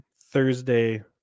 Thursday